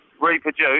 Reproduce